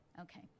Okay